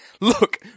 Look